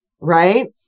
Right